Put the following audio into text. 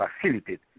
facilitate